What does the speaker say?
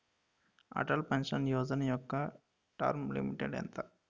Atal pension Yojana యెక్క term limit ఎంత?